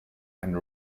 and